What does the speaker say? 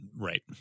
Right